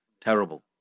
terrible